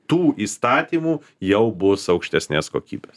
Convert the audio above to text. tų įstatymų jau bus aukštesnės kokybės